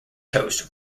coast